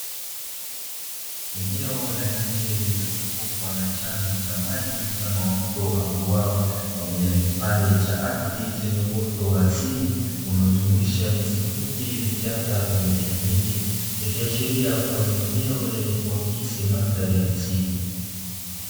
Eneo la nje lililozungukwa na chanzo cha maji mfano wa mto ama bwawa pamoja na kipande cha ardhi chenye uoto wa asili unaojumuisha nyasi fupi, vichaka pamoja na miti ikiashiria kuwa ni eneo lenye kuakisi mandhari ya misitu.